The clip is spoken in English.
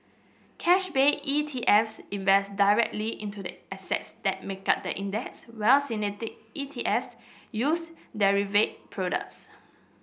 cash based ETFs invest directly into the assets that make up the index while synthetic ETFs use derivative products